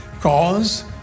cause